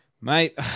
Mate